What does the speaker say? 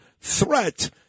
threat